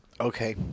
Okay